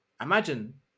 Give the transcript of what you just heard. Imagine